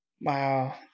Wow